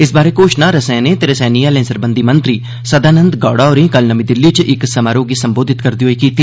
इस बारै घोषणा रसैनें ते रसैनी हैलें सरबंधि मंत्री सदानंद गौड़ा होरें कल नमीं दिल्ली च इक समारोह गी सम्बोधित करदे होई कीती